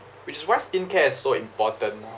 which is why skincare is so important now